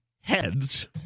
heads